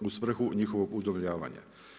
u svrhu njihovog udomljavanja.